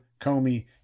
Comey